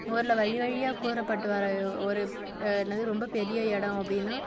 ஊரில் வழி வழியாக கூறப்பட்டு வர ஒரு என்னது ரொம்ப பெரிய எடம் அப்படின்னா